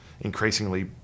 increasingly